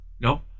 no